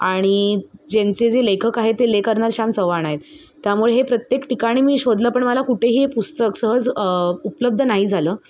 आणि ज्यांचे जे लेखक आहेत ते शाम चव्हाण आहेत त्यामुळे हे प्रत्येक ठिकाणी मी शोधलं पण मला कुठेही पुस्तक सहज उपलब्ध नाही झालं